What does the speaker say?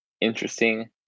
interesting